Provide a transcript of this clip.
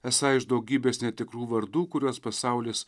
esą iš daugybės netikrų vardų kuriuos pasaulis